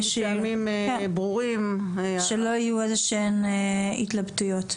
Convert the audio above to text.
שלא יהיו איזשהן התלבטויות.